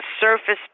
surface